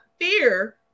fear